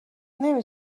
نمی